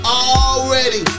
already